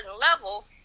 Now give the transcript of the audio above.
level